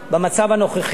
במצב הנוכחי,